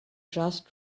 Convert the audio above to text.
just